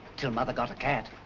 till mother got a cat.